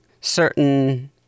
certain